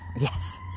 Yes